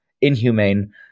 inhumane